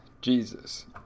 Jesus